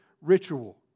ritual